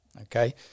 okay